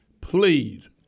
please